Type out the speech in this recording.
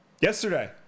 Yesterday